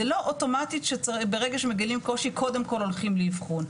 זה לא אוטומטית שברגע שמגלים קושי קודם כל הולכים לאבחון,